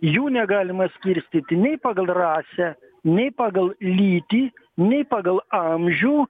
jų negalima skirstyti nei pagal rasę nei pagal lytį nei pagal amžių